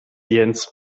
jens